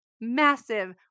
massive